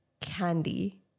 candy